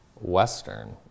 Western